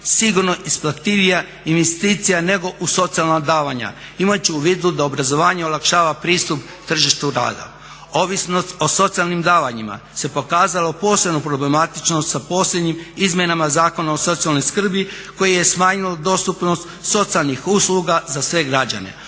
sigurno isplativija investicija nego u socijalna davanja. Imajući u vidu da obrazovanje olakšava pristup tržištu rada, ovisnost o socijalnim davanjima se pokazala posebno problematično sa posljednjim izmjenama Zakona o socijalnoj skrbi koje je smanjilo dostupnost socijalnih usluga za sve građane.